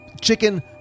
chicken